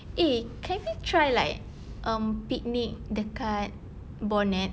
eh can we try like um picnic dekat bonnet